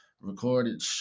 Recorded